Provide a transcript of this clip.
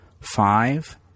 five